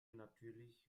natürlich